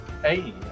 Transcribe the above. Hey